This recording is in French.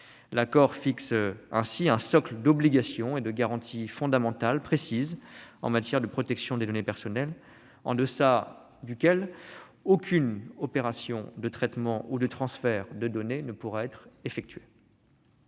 en fixant un socle d'obligations et de garanties fondamentales précises en matière de protection des données personnelles, en deçà duquel aucune opération de traitement ou de transfert de données ne pourra être effectuée.